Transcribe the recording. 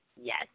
yes